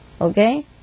Okay